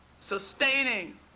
sustaining